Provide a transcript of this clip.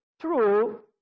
true